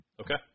Okay